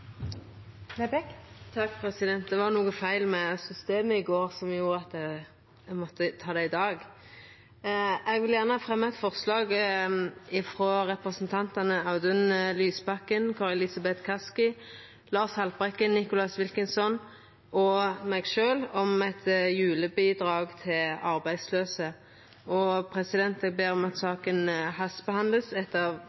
Lerbrekk vil fremsette et representantforslag. Det var noko feil med systemet i går, som gjorde at eg måtte ta det i dag. Eg vil gjerne fremja eit forslag frå representantane Audun Lysbakken, Kari Elisabeth Kaski, Lars Haltbrekken, Nicholas Wilkinson og meg sjølv om eit julebidrag til arbeidslause. Eg vil be om at